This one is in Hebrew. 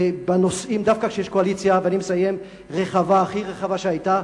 ודווקא כשיש קואליציה רחבה, הכי רחבה שהיתה,